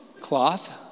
Cloth